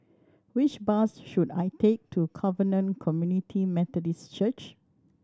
which bus should I take to Covenant Community Methodist Church